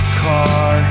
car